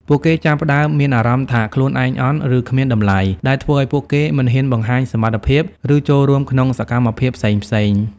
ពួកគេចាប់ផ្ដើម មានអារម្មណ៍ថាខ្លួនឯងអន់ ឬគ្មានតម្លៃ ដែលធ្វើឲ្យពួកគេមិនហ៊ានបង្ហាញសមត្ថភាព ឬចូលរួមក្នុងសកម្មភាពផ្សេងៗ។